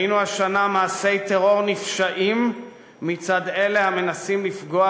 ראינו השנה מעשי טרור נפשעים מצד אלה המנסים לפגוע